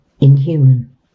inhuman